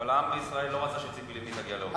אבל העם בישראל לא רצה שציפי לבני תגיע לאובמה.